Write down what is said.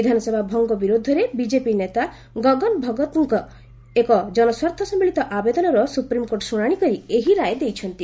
ବିଧାନସଭା ଭଙ୍ଗ ବିରୁଦ୍ଧରେ ବିଜେପି ନେତା ଗଗନ ଭଗତଙ୍କ ଏକ ଜନସ୍ୱାର୍ଥ ସମ୍ଭଳିତ ଆବେଦନର ସୁପ୍ରିମକୋର୍ଟ ଶୁଣାଶି କରି ଏହି ରାୟ ଦେଇଛନ୍ତି